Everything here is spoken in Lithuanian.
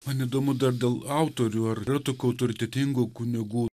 man įdomu dar dėl autorių ar yra tokių autoritetingų kunigų